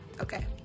Okay